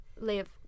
live